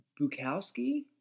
Bukowski